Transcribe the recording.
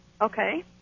Okay